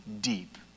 deep